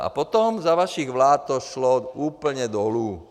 A potom za vašich vlád to šlo úplně dolů.